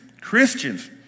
Christians